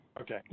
Okay